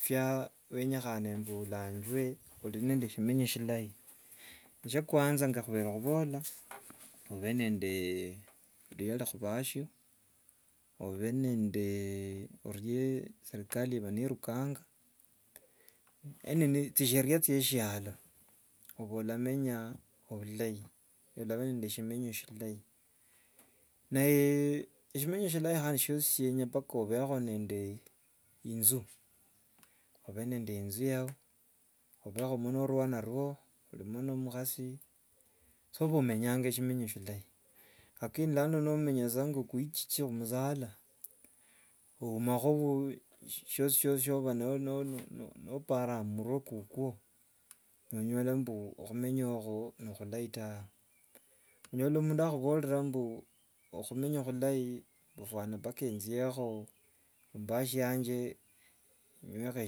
Bya wenyekhana mbe olangwe ori nende shimenyi shilayi, shya kwanza ngakhubere khubola, obe nende orie serikali iba nirukanga e- nini, chisheria chi shyalo, oba olamenya bhulai, olaba ne- shimenyi shilayi. Naye eshimenyi shilayi shinya mpaka wesi obhekho nende inju, obhe nende inju yao obhekhomo norwana rwao, orimo ni- omukhasi. obha omenyanga shimenyi shilayi. Lakini lano nomenya sa nga- kuichichi khumusala oumakho syosi syoba nori no- noparanga mumurwe kukwo, onyola mbu okhumenya okhwo si- no- khulai tawe. Onyola mundu akhuborera mbu khumenya khulai mbu mpaka fwana enjekho- mbashya yanje nywekho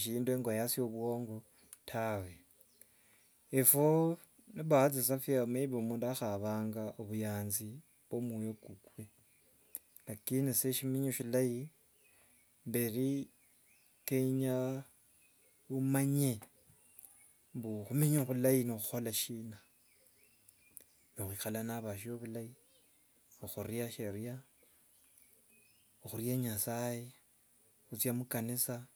shindu ngoyasie bwongo, tawe! Ebhio ni baadhi ya maybe mundu akhabanga obuyanzi mu- mwoyo kukwe. Lakini shimenyi shilayi mberi kenya omanye okhumenya bhulai, ni okhukhola shina, okhwikhala na abasio bhulai, okhuria sheria, okhuria nyasaye, khuchia mukanisa.